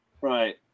Right